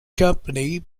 company